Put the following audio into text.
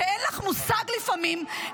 שאין לך מושג לפעמים,